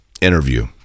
interview